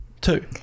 two